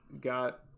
got